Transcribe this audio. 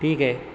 ठीक आहे